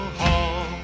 hall